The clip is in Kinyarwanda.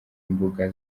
imbuga